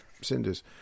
cinders